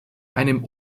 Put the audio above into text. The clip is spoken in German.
einem